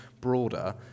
broader